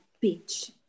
beach